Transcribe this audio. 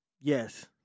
Yes